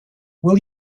will